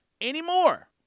anymore